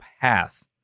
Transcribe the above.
path